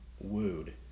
wooed